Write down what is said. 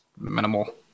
minimal